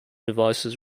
devices